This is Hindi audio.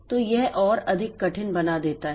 तो यह और अधिक कठिन बना देता है